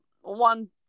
one